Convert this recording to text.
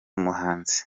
muhanzi